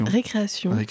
Récréation